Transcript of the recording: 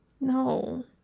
No